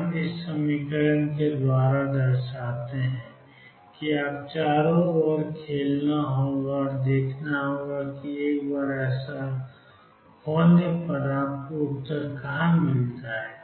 right10 310 4 कि आपको चारों ओर खेलना होगा और देखना होगा कि एक बार ऐसा होने पर आपको उत्तर कहां मिलता है